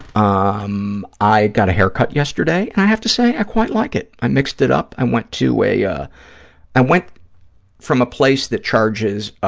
um i got a haircut yesterday and i have to say i quite like it. i mixed it up. i went to, yeah i went from a place that charges